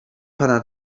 pana